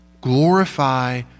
glorify